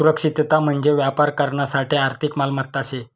सुरक्षितता म्हंजी व्यापार करानासाठे आर्थिक मालमत्ता शे